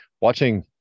watching